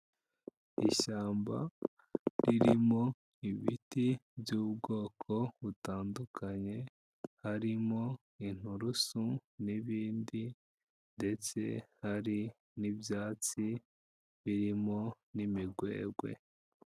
Ishyamba ririmo ibiti by'ubwoko butandukanye, harimo inturusu n'ibindi ndetse hari n'ibyatsi birimo n'imigwegwe.